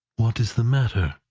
what is the matter?